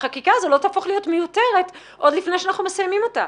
החקיקה הזאת לא תהפוך להיות מיותרת עוד לפני שאנחנו מסיימים אותה.